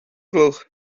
gloch